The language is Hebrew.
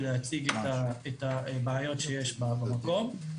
ולהציג את הבעיות שיש במקום.